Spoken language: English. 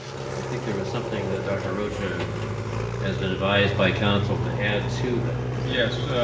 i think there was something that dr. rocha has been advice by counsel to add to that. yes.